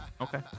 Okay